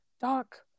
doc